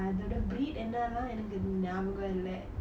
ya so உனக்கு வேற என்ன பிடிக்கும்:unakku vera enna pidikkum